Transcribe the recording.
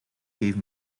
gave